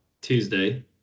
tuesday